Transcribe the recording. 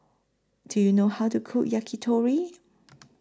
Do YOU know How to Cook Yakitori